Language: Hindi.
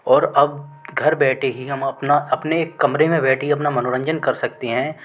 और अब घर बैठे ही हम अपना अपने कमरे में बैठे ही अपना मनोरंजन कर सकते हैं